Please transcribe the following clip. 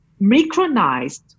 micronized